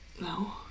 no